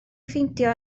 ffeindio